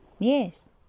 Yes